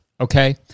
okay